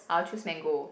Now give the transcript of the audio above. I'll choose Mango